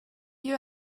you